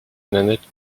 nanette